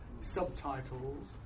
Subtitles